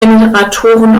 generatoren